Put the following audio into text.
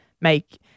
make